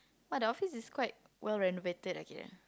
but the office is quite well renovated ah kira